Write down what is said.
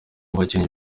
abakinnyi